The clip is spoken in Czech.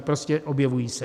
Prostě objevují se.